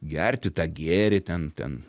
gerti tą gėrį ten ten